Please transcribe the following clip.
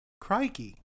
Crikey